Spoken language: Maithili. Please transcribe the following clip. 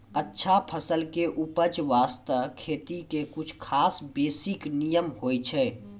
अच्छा फसल के उपज बास्तं खेती के कुछ खास बेसिक नियम होय छै